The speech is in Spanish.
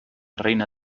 reina